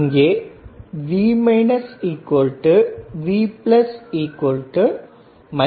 இங்கே V V IbR3